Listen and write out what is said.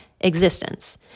existence